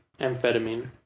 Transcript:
amphetamine